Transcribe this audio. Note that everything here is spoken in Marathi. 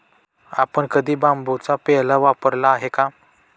आपण कधी बांबूचा पेला वापरला आहे का?